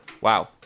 Wow